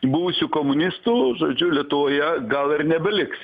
buvusių komunistų žodžiu lietuvoje gal ir nebeliks